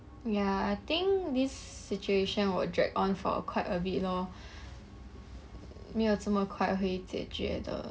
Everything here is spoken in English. ya I think this situation will drag on for quite a bit lor 没有这么快会解决的